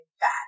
bad